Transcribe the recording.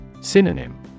Synonym